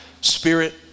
Spirit